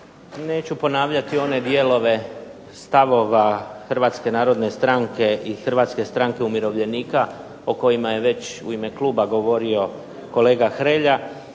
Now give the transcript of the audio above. Neću ponavljati one dijelove stavova Hrvatske narodne stranke i Hrvatske stranke umirovljenika o kojima je već u ime kluba govorio kolega Hrelja,